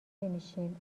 نمیشیم